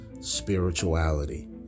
Spirituality